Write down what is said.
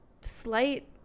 slight